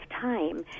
time